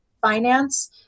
finance